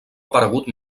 aparegut